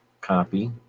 copy